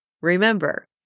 remember